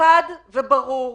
חד וברור